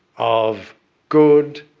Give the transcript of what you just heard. of good,